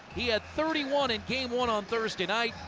he had thirty one in game one on thursday night.